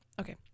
okay